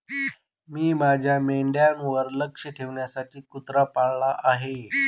मी माझ्या मेंढ्यांवर लक्ष ठेवण्यासाठी कुत्रा पाळला आहे